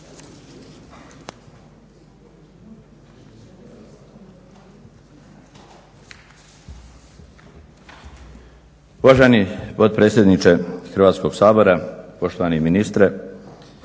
Uvaženi potpredsjedniče Hrvatskog sabora, poštovani ministre.